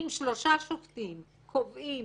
אם שלושה שופטים קובעים